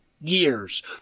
years